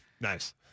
Nice